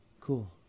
Cool